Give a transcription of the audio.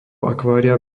akvária